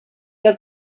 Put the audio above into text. que